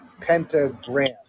pentagram